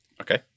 Okay